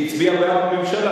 היא הצביעה בעד הממשלה,